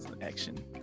action